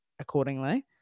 accordingly